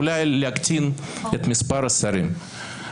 אולי להקטין את מספר השרים.